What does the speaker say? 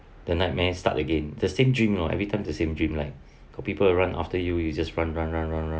the nightmare start again the same dream oh every time the same dream like got people run after you you just run run run run run